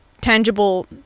tangible